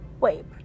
Wait